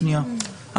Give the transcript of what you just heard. שנייה,